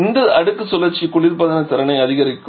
எனவே இந்த அடுக்கு சுழற்சி குளிர்பதன திறனை அதிகரிக்கும்